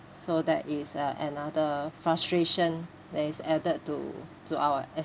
so that is uh another frustration that is added to to our